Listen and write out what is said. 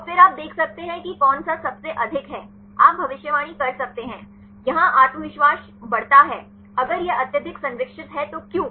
और फिर आप देख सकते हैं कि कौन सा सबसे अधिक है आप भविष्यवाणी कर सकते हैं यहाँ आत्मविश्वास बढ़ता है अगर यह अत्यधिक संरक्षित है तो क्यों